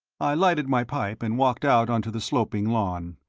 i lighted my pipe and walked out on to the sloping lawn.